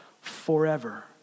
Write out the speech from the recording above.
forever